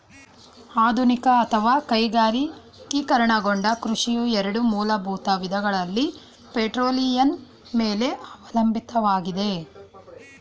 ಆಧುನಿಕ ಅಥವಾ ಕೈಗಾರಿಕೀಕರಣಗೊಂಡ ಕೃಷಿಯು ಎರಡು ಮೂಲಭೂತ ವಿಧಗಳಲ್ಲಿ ಪೆಟ್ರೋಲಿಯಂನ ಮೇಲೆ ಅವಲಂಬಿತವಾಗಿದೆ